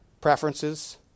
preferences